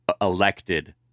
elected